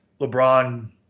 LeBron